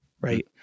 right